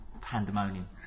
pandemonium